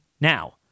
now